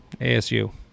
ASU